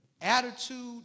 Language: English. attitude